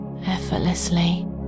effortlessly